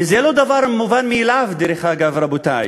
וזה לא דבר מובן מאליו, דרך אגב, רבותי,